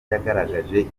yagaragaje